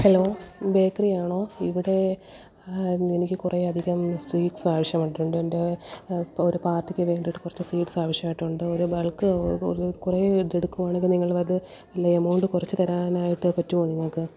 hello ബേക്കറിയാണോ ഇവിടെ എനിക്ക് കുറേ അധികം സ്വീറ്റ്സ് ആവശ്യമായിട്ടുണ്ട് ഇപ്പോൾ ഒരു പാർട്ടിക്ക് വേണ്ടിയിട്ട് കുറച്ച് സ്വീറ്റ്സ് ആവശ്യമായിട്ടുണ്ട് ഒരു ബൾക്ക് ഇതു കുറേ ഇതെടുക്കുകയാണെങ്കിൽ നിങ്ങളത് ഉള്ള എമൗണ്ട് കുറച്ച് താരനായിട്ട് പറ്റുമോ നിങ്ങൾക്ക്